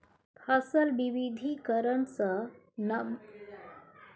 फसल बिबिधीकरण सँ मतलब नबका फसल या फसल प्रणाली केँ जोरब छै